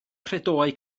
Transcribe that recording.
credoau